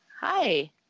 Hi